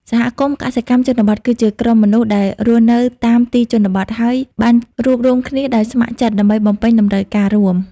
សហគមន៍កសិកម្មជនបទ គឺជាក្រុមមនុស្សដែលរស់នៅតាមទីជនបទ ហើយបានរួបរួមគ្នាដោយស្ម័គ្រចិត្តដើម្បីបំពេញតម្រូវការរួម។